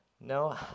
No